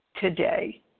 today